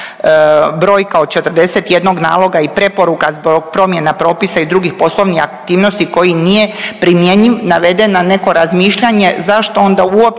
brojka od 41 naloga i preporuka zbog promjena propisa i drugih poslovnih aktivnosti koje nije primjenjiv naveden na neko razmišljanje. Zašto onda uopće